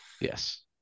Yes